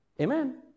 Amen